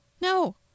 No